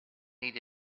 need